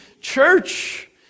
church